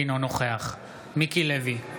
אינו נוכח מיקי לוי,